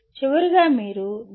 చివరగా మీరు 0